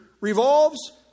revolves